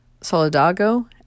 solidago